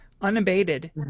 unabated